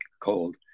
cold